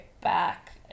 back